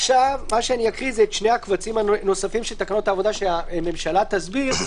עכשיו אקריא את שני הקבצים הנוספים של תקנות העבודה שהממשלה תסביר.